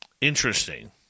interesting